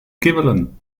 kibbelen